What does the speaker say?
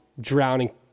drowning